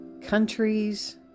countries